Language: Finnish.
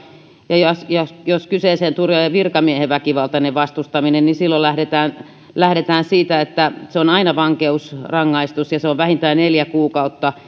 ja jos kyseeseen tulee virkamiehen väkivaltainen vastustaminen niin silloin lähdetään lähdetään siitä että se on aina vankeusrangaistus ja se on vähintään neljä kuukautta